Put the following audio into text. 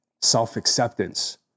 self-acceptance